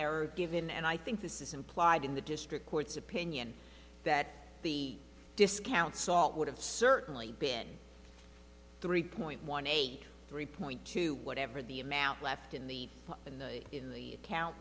error given and i think this is implied in the district court's opinion that the discount salt would have certainly been three point one eight three point two whatever the amount left in the in the in the count